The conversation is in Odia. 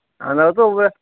ଆନ୍ଧ୍ରାରୁ ତ